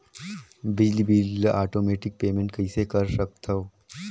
बिजली बिल ल automatic payment कइसे कर सकथव?